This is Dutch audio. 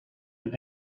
een